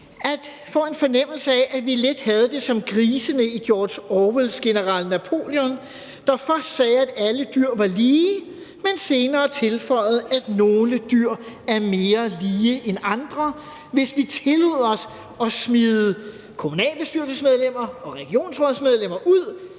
at få en fornemmelse af, at vi lidt havde det som grisene i George Orwells »Kammerat Napoleon«, der først sagde, at alle dyr var lige, men senere tilføjede, at nogle dyr var mere lige end andre, hvis vi tillod os at smide kommunalbestyrelsesmedlemmer og regionsrådsmedlemmer ud,